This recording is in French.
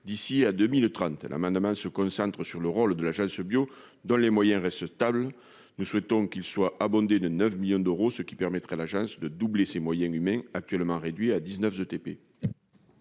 d'ici à 2030, l'amendement se concentre sur le rôle de l'Agence Bio dans les moyens restent stables, nous souhaitons qu'il soit abondé de 9 millions d'euros, ce qui permettrait l'agence de doubler ses moyens humains actuellement réduit à